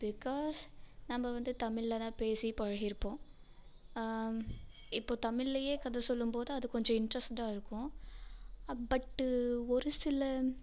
because நம்ம வந்து தமிழராக பேசி பழகிருப்போம் இப்போது தமிழ்லேயே கதை சொல்லும் போது அது கொஞ்சம் இன்ட்ரெஸ்ஸுடாக இருக்கும் பட்டு ஒரு சில